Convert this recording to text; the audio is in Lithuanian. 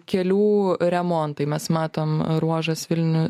kelių remontai mes matom ruožas vilniu